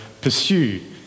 pursue